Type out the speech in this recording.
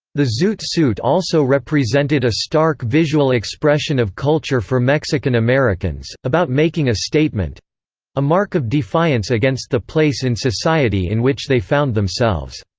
the zoot suit also represented a stark visual expression of culture for mexican americans, about making a statement a mark of defiance against the place in society in which they found themselves.